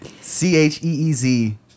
C-H-E-E-Z